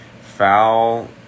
foul